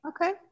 Okay